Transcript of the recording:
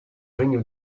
regno